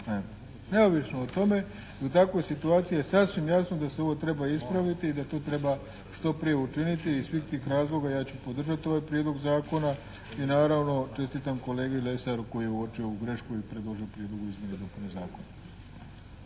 neovisno o tome i u takvoj situaciji je sasvim jasno da se ovo treba ispraviti i da to treba što prije učiniti. Iz svih tih razloga ja ću podržati ovaj Prijedlog zakona i naravno čestitam kolegi Lesaru koji je uočio ovu grešku i predložio u Prijedlogu izmjene i dopune Zakona.